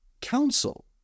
council